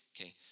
okay